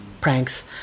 pranks